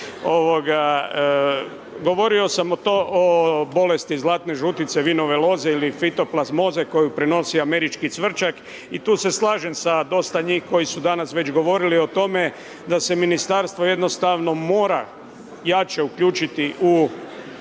Govorio sam o tom, o bolesti zlatne žutice vinove loze ili fitoplasmoze koju prenosi američki cvrčak i tu se slažem sa dosta njih koji su danas već govorili o tome, da se ministarstvo jednostavno mora jače uključiti u